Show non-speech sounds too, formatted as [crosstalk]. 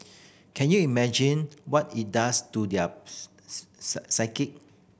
can you imagine what it does to their [unintelligible] psyche